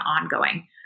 ongoing